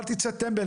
אל תצא טמבל,